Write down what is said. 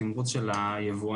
התמרוץ של היבואנים,